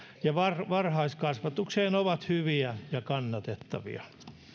ja varhaiskasvatukseen ovat hyviä ja kannatettavia